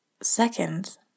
second